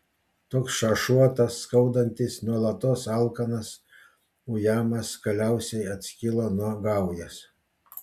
toks šašuotas skaudantis nuolatos alkanas ujamas galiausiai atskilo nuo gaujos